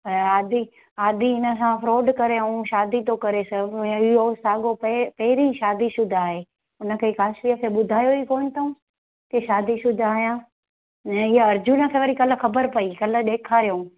ऐं आदी आदी इनसां फ्रॉड करे ऐं शादी थो करेसि इहो साॻो पै पहिरीं शादी शुदा आहे उनखे काशवीअ खे ॿुधायो ई कोन्ह अथऊं की शादी शुदा आहियां ऐं इहा अर्जुन खे वरी कल्ह ख़बर पई कल्ह ॾेखारियऊं